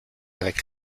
avec